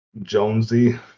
jonesy